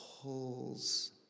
pulls